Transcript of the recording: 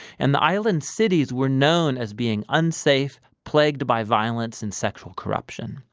and the island cities were known as being unsafe, plagued by violence and sexual corruption.